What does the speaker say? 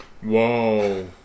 Whoa